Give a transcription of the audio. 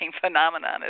phenomenon